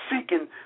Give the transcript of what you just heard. seeking